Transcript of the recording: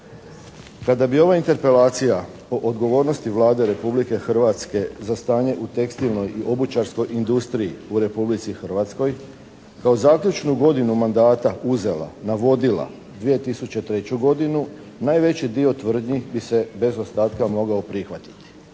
Kada bi ova interpelacija po odgovornosti Vlade Republike Hrvatske za stanje u tekstilnoj i obućarskoj industriji u Republici Hrvatskoj kao zaključnu godinu mandata uzela, navodila 2003. godinu najveći dio tvrdnji bi se bez ostatka mogao prihvatiti.